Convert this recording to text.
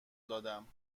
دادم